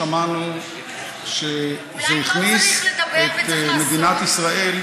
אנחנו לא שמענו שזה הכניס את מדינת ישראל,